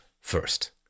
first